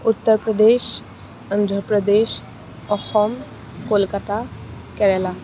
Uttar Pradesh Andhra Pradesh Assam Kolkata Kerala